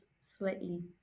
slightly